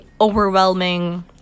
overwhelming